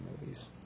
movies